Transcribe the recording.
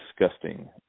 disgusting